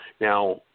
Now